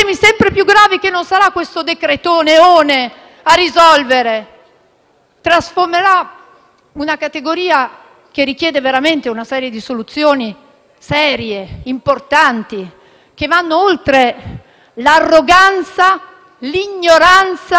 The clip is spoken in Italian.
sempre più gravi, che non sarà questo decretone "one" a risolvere. Si trasformerà una categoria, che richiede veramente soluzioni serie, importanti, che vanno oltre l'arroganza, l'ignoranza